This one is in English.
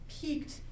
peaked